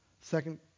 Second